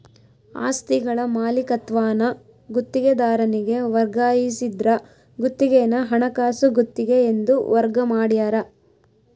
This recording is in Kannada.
ಆಸ್ತಿಗಳ ಮಾಲೀಕತ್ವಾನ ಗುತ್ತಿಗೆದಾರನಿಗೆ ವರ್ಗಾಯಿಸಿದ್ರ ಗುತ್ತಿಗೆನ ಹಣಕಾಸು ಗುತ್ತಿಗೆ ಎಂದು ವರ್ಗ ಮಾಡ್ಯಾರ